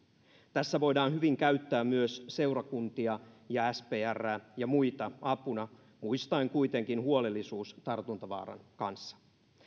tässä voidaan hyvin käyttää myös seurakuntia ja sprää ja muita apuna muistaen kuitenkin huolellisuus tartuntavaaran kanssa